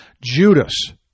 Judas